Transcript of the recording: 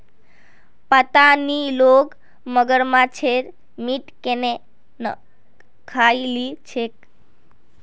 पता नी लोग मगरमच्छेर मीट केन न खइ ली छेक